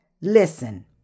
listen